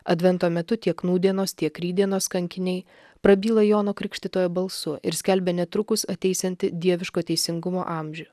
advento metu tiek nūdienos tiek rytdienos kankiniai prabyla jono krikštytojo balsu ir skelbia netrukus ateisiantį dieviško teisingumo amžių